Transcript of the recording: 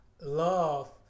love